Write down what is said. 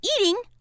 eating